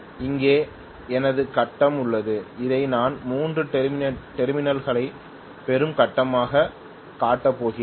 இங்கே எனது கட்டம் உள்ளது இதை நான் 3 டெர்மினல்களைப் பெறும் கட்டமாகக் காட்டப் போகிறேன்